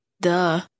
Duh